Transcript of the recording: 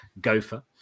gopher